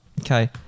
Okay